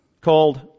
called